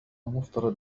المفترض